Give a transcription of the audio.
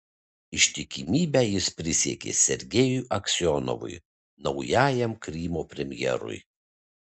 ištikimybę jis prisiekė sergejui aksionovui naujajam krymo premjerui